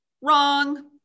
Wrong